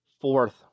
fourth